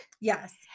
Yes